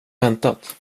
väntat